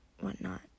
whatnot